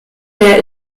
der